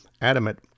adamant